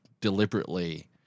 deliberately